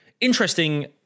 interesting